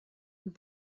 und